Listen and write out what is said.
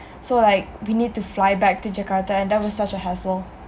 so like we need to fly back to jakarta and that was such a hassle